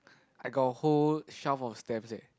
I got a whole shelf of stamps eh